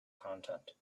content